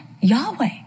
Yahweh